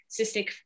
cystic